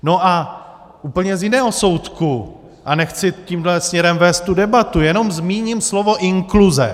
A z úplně jiného soudku, a nechci tímhle směrem vést debatu, jenom zmíním slovo inkluze.